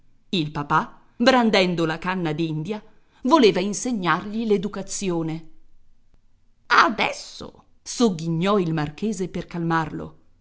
il papà brandendo la canna d'india voleva insegnargli l'educazione adesso sogghignò il marchese per calmarlo